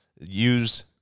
use